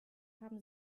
haben